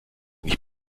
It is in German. nicht